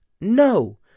No